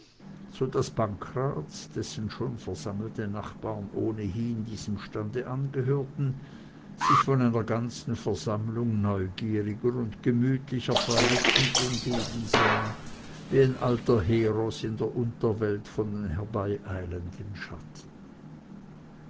so daß pankraz dessen schon versammelte nachbaren ohnehin diesem stande angehörten sich von einer ganzen versammlung neugieriger und gemütlicher falliten umgeben sah wie ein alter heros in der unterwelt von den herbeieilenden schatten